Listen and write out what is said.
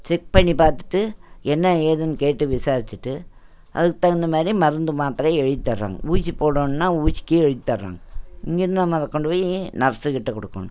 check பண்ணி பார்த்துட்டு என்ன ஏதுன்னு கேட்டு விசாரிச்சுட்டு அதுக்கு தகுந்தமாதிரி மருந்து மாத்திர எழுதி தருவாங்க ஊசி போடணுன்னா ஊசி கீழே எழுதி தருவாங்க இங்கேருந்து நம்ம அதை கொண்டு போய் நர்ஸுக்கிட்டே கொடுக்கணும்